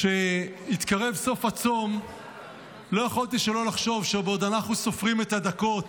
כשהתקרב סוף הצום לא יכולתי שלא לחשוב שבעוד אנחנו סופרים את הדקות